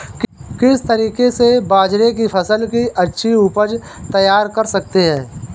किस तरीके से बाजरे की फसल की अच्छी उपज तैयार कर सकते हैं?